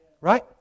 Right